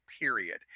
period